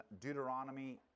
Deuteronomy